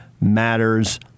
matters